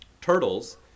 turtles